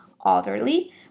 orderly